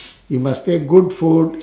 you must take good food